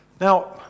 Now